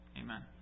Amen